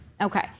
Okay